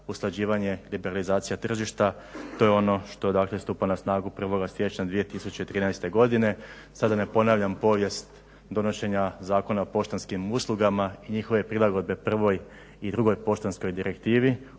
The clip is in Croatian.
usklađivanje liberalizacije tržišta to je ono što stupa na snagu 1.siječnja 2013.godine. sada da ne ponavljam povijest donošenja Zakona o poštanskim uslugama i njihove prilagodbe prvoj i drugoj poštanskog direktivi.